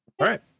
right